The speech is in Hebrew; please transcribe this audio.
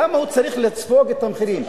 למה הוא צריך לספוג את המחירים?